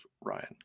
Ryan